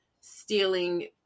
stealing